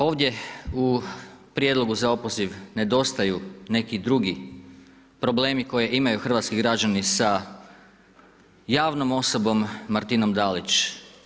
Ovdje u prijedlogu za opoziv nedostaju neki drugi problemi koje imaju hrvatski građani sa javnom osobom Martinom Dalić.